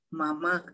mama